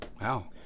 Wow